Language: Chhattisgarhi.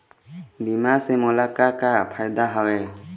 बीमा से मोला का का फायदा हवए?